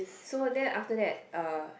so then after that uh